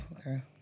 Okay